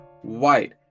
white